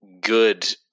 good